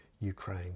Ukraine